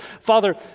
father